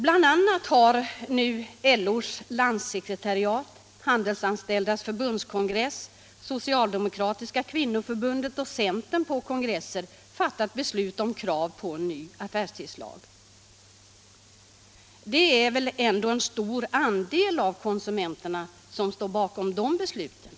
LO:s landssekretariat, Handelsanställdas förbundskongress, Socialdemokratiska kvinnoförbundet och centern har på kongresser fattat beslut om krav på en ny affärstidslag. Det är väl ändå en stor andel av konsumenterna som står bakom de besluten?